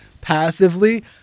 passively